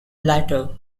latter